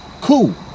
Cool